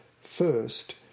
First